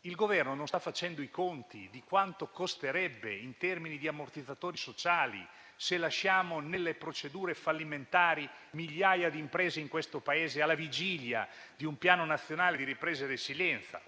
Il Governo non sta facendo i conti per verificare quanto costerebbe, in termini di ammortizzatori sociali, lasciare nelle procedure fallimentari migliaia di imprese in questo Paese, alla vigilia di un Piano nazionale di ripresa e resilienza